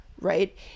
right